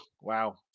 wow